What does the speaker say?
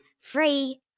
Free